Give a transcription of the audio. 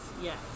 Yes